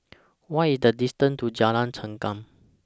What IS The distance to Jalan Chengam